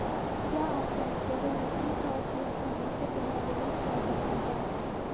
क्या आप जानते है लकड़ी का उपयोग फर्नीचर बनाने में किया जाता है?